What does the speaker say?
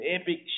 epic